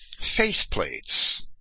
faceplates